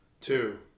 two